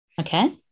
Okay